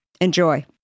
Enjoy